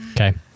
Okay